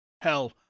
Hell